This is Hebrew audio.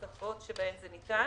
הכנסה (פחת מואץ בתקופת ההתמודדות עם נגיף הקורונה)